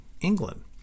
England